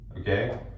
okay